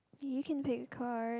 you can pick a card